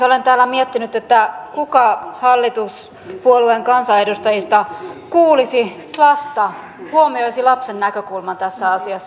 olen täällä miettinyt että kuka hallituspuolueen kansanedustajista kuulisi lasta huomioisi lapsen näkökulman tässä asiassa